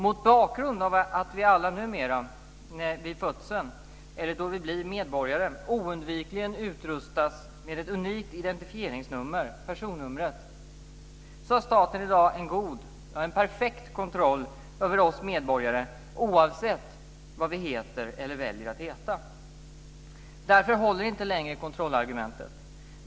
Mot bakgrund av att vi alla numera vid födseln eller då vi blir medborgare oundvikligen utrustas med ett unikt identifieringsnummer, personnumret, så har staten i dag en god, perfekt, kontroll över oss medborgare oavsett vad vi heter eller väljer att heta. Därför håller inte längre kontrollargumentet.